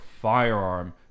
firearm